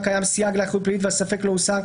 קיים סייג לאחריות פלילית והספק לא הוסר,